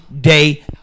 day